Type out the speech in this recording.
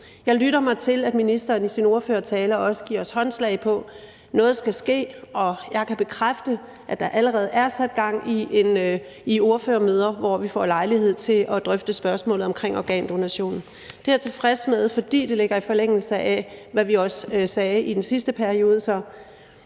jeg lytter mig til, at ministeren i sin tale også gav os håndslag på, at noget skal ske. Jeg kan bekræfte, at der allerede er sat gang i ordførermøder, hvor vi får lejlighed til at drøfte spørgsmålet omkring organdonation. Det er jeg tilfreds med, fordi det ligger i forlængelse af, hvad vi sagde i den sidste periode.